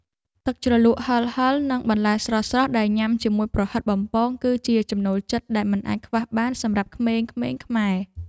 ទឹកជ្រលក់ហឹរៗនិងបន្លែស្រស់ៗដែលញ៉ាំជាមួយប្រហិតបំពងគឺជាចំណូលចិត្តដែលមិនអាចខ្វះបានសម្រាប់ក្មេងៗខ្មែរ។